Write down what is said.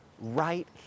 right